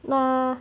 ya